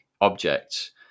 objects